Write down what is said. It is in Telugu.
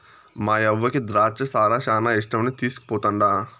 మాయవ్వకి ద్రాచ్చ సారా శానా ఇష్టమని తీస్కుపోతండా